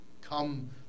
Come